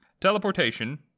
Teleportation